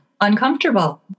uncomfortable